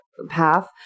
path